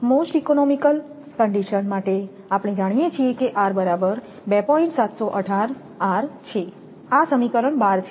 most economical condition માટે આપણે જાણીએ છીએઆ સમીકરણ 12 છે